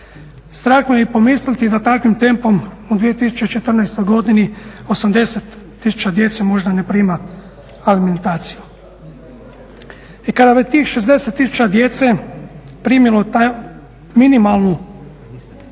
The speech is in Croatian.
Strah me je i pomisliti da takvim tempom u 2014. godini 80 tisuća djece možda ne prima alimentaciju. I kada bi tih 60 tisuća djece primilo taj minimum